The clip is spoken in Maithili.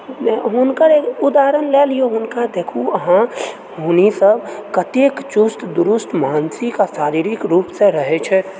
हुनकर उदाहरण लए लिऔ हुनका देखु अहाँ गुणी सभ कतेक चुस्त दुरुस्त मानसिक आ शारीरिक रूपसँ रहैत छथि